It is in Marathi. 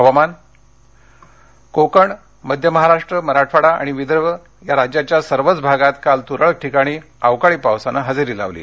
हवामान कोकण मध्य महाराष्ट्र मराठवाडा आणि विदर्भ या राज्याच्या सर्वच भागांत काल तुरळक ठिकाणी अवकाळी पावसानं हजेरी लावली